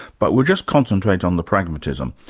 but we'll just concentrate on the pragmatism.